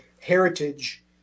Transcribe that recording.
heritage